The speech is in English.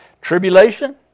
Tribulation